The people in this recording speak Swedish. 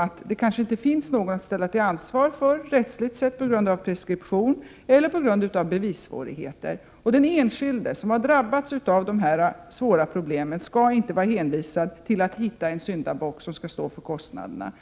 att det kanske inte finns någon att ställa till ansvar rättsligt sett på grund av preskription eller bevissvårighe ter. Den enskilde, som har drabbats av dessa svåra problem, skall inte vara hänvisad till att hitta en syndabock som skall stå för kostnaderna.